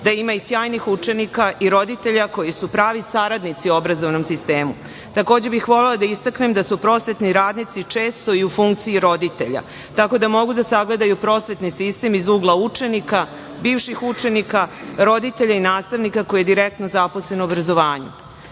da ima i sjajnih učenika i roditelja koji su pravi saradnici obrazovnom sistemu. Takođe, bih volela da istaknem da su prosvetni radnici često i u funkciji roditelja, tako da mogu da sagledaju prosvetni sistem iz ugla učenika, bivših učenika, roditelja i nastavnika koji je direktno zaposlen u obrazovanju. Sledeće